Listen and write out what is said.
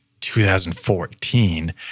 2014